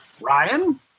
Ryan